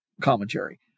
commentary